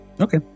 Okay